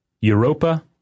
Europa